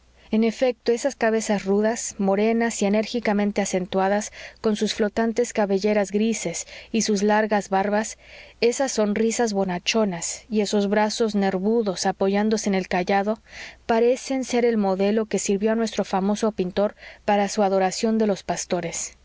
en efecto esas cabezas rudas morenas y enérgicamente acentuadas con sus flotantes cabelleras grises y sus largas barbas esas sonrisas bonachonas y esos brazos nervudos apoyándose en el cayado parecen ser el modelo que sirvió a nuestro famoso pintor para su adoración de los pastores